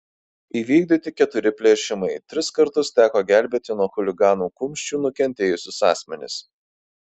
įvykdyti keturi plėšimai tris kartus teko gelbėti nuo chuliganų kumščių nukentėjusius asmenis